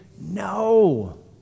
No